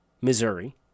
Missouri